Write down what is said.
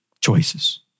choices